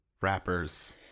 rappers